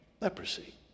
leprosy